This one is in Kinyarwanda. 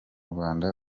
rwanda